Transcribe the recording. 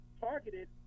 targeted